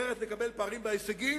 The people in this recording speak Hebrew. אחרת נקבל פערים בהישגים,